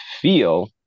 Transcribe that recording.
feel